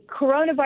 coronavirus